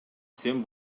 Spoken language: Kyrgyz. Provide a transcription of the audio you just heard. сен